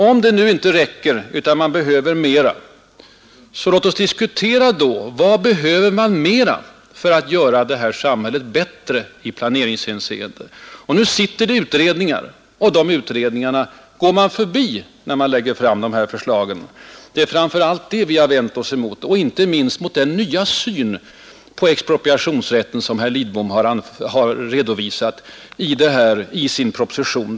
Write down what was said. Om det nu inte räcker, låt oss då diskutera vad man behöver mera för att göra samhället ”bättre”. Nu sitter det utredningar och sysslar med sådana frågor. Men de utredningarna går regeringen förbi när man lägger fram sina förslag. Det är framför allt det vi har vänt oss emot, och inte minst mot den nya syn på expropriationsrätten som herr Lidbom har redovisat i sin proposition.